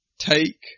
take